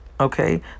Okay